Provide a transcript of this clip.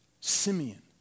Simeon